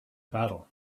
battle